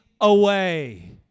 away